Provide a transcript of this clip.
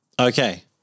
Okay